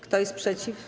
Kto jest przeciw?